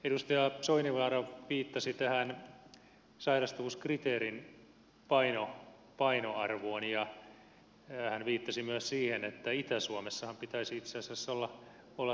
edustaja soininvaara viittasi tähän sairastavuuskriteerin painoarvoon ja hän viittasi myös siihen että itä suomessahan pitäisi itse asiassa olla tyytyväisiä